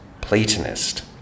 Platonist